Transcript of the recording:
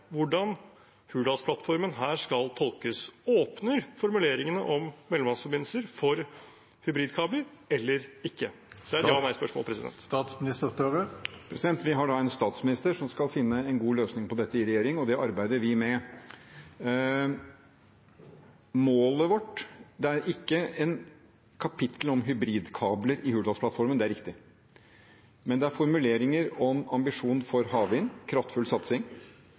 hvordan Hurdalsplattformen her skal tolkes – åpner formuleringene om mellomlandsforbindelser for hybridkabler eller ikke? Det er et ja/nei-spørsmål. Vi har en statsminister som skal finne en god løsning på dette i regjering, og det arbeider vi med. Det er ikke et kapittel om hybridkabler i Hurdalsplattformen, det er riktig, men det er formuleringer om ambisjonen for havvind, en kraftfull satsing.